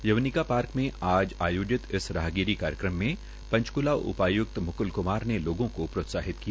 यवनिका park में आज आयोजित इस राहगिरी कार्यक्रम में पंचक्ला उपाय्क्त म्क्ल क्मार ने लोगों को प्रोत्साहित किया